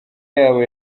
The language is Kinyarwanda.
yabo